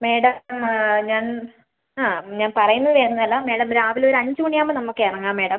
madam ആ ഞാൻ ആ ഞാൻ പറയുന്നത് വേറെ ഒന്നും അല്ല മാഡം രാവിലെ ഒരു അഞ്ച് മണി ആവുമ്പോൾ നമ്മൾക്ക് ഇറങ്ങാം മാഡം